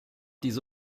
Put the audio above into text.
diese